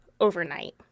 overnight